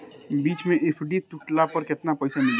बीच मे एफ.डी तुड़ला पर केतना पईसा मिली?